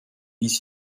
pièces